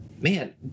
man